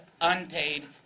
unpaid